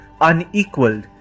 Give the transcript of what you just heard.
unequaled